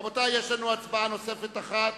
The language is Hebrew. רבותי, יש לנו הצבעה נוספת אחת,